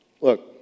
Look